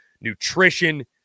nutrition